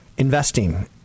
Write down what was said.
investing